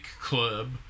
Club